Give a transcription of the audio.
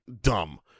dumb